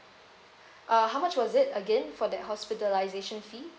uh how much was it again for that hospitalization fee